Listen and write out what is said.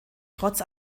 trotz